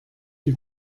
die